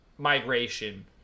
migration